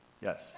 yes